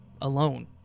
alone